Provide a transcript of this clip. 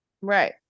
Right